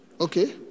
Okay